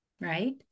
right